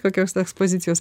kokios ekspozicijos